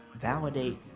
validate